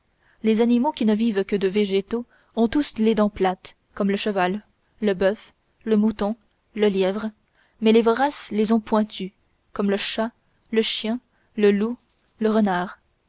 les animaux qui ne vivent que de végétaux ont tous les dents plates comme le cheval le bœuf le mouton le lièvre mais les voraces les ont pointues comme le chat le chien le loup le renard